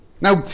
now